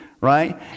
right